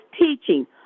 teaching